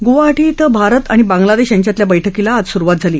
गुवाहाटी ि ्वीं भारत आणि बांगलादक्षी यांच्यातल्या बैठकीला आज सुरुवात झाली